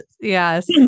yes